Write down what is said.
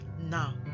now